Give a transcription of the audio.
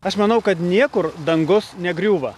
aš manau kad niekur dangus negriūva